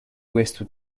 questo